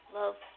love